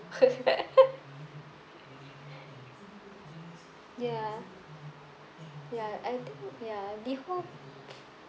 ya ya I ya Liho